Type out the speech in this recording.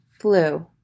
flu